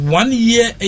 one-year